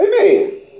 Amen